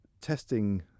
testing